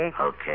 Okay